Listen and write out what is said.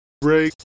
break